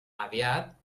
aviat